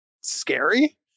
scary